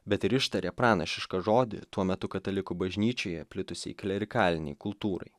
bet ir ištarė pranašišką žodį tuo metu katalikų bažnyčioje plitusiai klerikalinei kultūrai